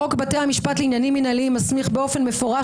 חוק בתי המשפט לעניינים מינהליים מסמיך באופן מפורש